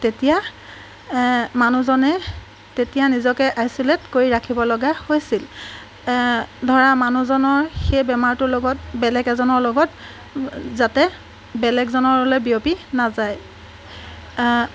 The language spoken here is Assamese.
তেতিয়া মানুহজনে তেতিয়া নিজকে আইচলেট কৰি ৰাখিব লগা হৈছিল ধৰা মানুহজনৰ সেই বেমাৰটোৰ লগত বেলেগ এজনৰ লগত যাতে বেলেগ জনলৈ বিয়পি নাযায়